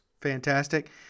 fantastic